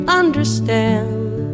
understand